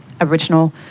Aboriginal